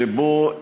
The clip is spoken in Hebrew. שבו,